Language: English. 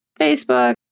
Facebook